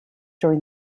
during